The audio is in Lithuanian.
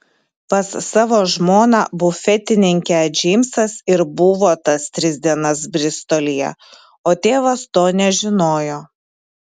pas savo žmoną bufetininkę džeimsas ir buvo tas tris dienas bristolyje o tėvas to nežinojo